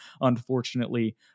unfortunately